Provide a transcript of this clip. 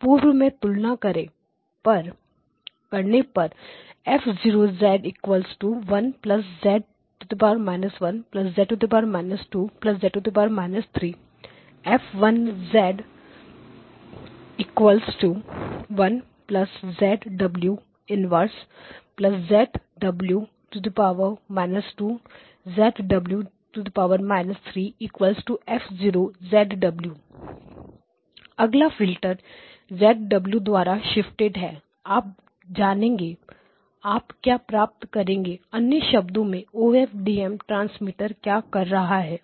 पूर्व में तुलना करने पर F0 1 z−1z−2z−3 F1 1−1−2−3 F0 अगला फिल्टर z W द्वारा शिफ्टेड है आप जानेंगे आप क्या प्राप्त करेंगे अन्य शब्दों में OFDM ट्रांसमीटर क्या कर रहा है